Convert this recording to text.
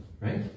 right